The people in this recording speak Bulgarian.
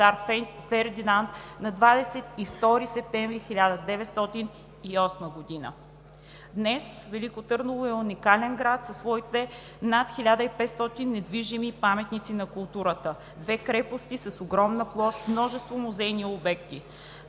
от цар Фердинанд на 22 септември 1908 г. Днес Велико Търново е уникален град със своите над 1500 недвижими паметници на културата, две крепости с огромна площ, множество музейни обекти.